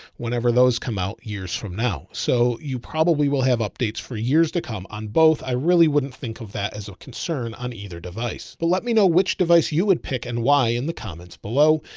whenever those come out years from now. so you probably will have updates for years to come on both. i really wouldn't think of that as a concern on either device, but let me know which device you would pick and why in the comments below.